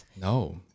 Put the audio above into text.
No